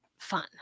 fun